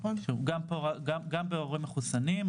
גם בהורים מחוסנים,